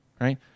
right